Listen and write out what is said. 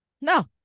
No